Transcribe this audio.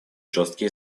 жесткие